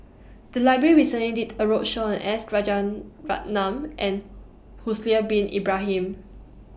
The Library recently did A roadshow on S Rajaratnam and Haslir Bin Ibrahim